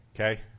Okay